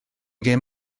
gêm